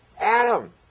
Adam